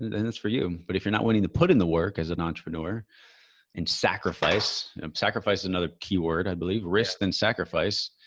and and that's for you. but if you're not willing to put in the work as an entrepreneur and sacrifice, sacrifice is another key word. i believe. risk than sacrifice.